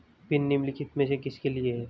Pin निम्नलिखित में से किसके लिए है?